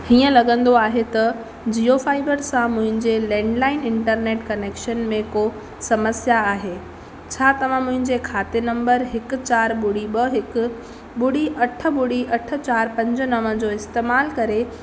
हीअं लॻंदो आहे त जीयो फ़ाईबर सां मुंहिंजे लैंडलाईन इंटरनेट कनेक्शन में को समस्या आहे छा तव्हां मुंहिंजे खाते नम्बर हिकु चार ॿुड़ी ॿ हिकु ॿुड़ी अठ ॿुड़ी अठ चार पंज नवं जो इस्तेमालु करे